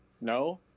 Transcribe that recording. No